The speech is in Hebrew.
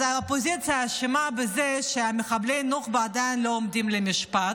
אז האופוזיציה אשמה בזה שמחבלי הנוח'בה עדיין לא עומדים למשפט.